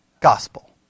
gospel